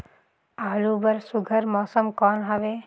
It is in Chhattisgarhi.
आलू बर सुघ्घर मौसम कौन हवे?